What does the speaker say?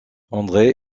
andreï